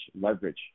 leverage